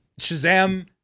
Shazam